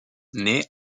naît